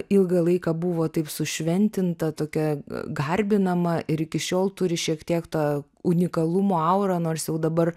ilgą laiką buvo taip sušventinta tokia garbinama ir iki šiol turi šiek tiek tą unikalumo aurą nors jau dabar